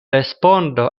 respondo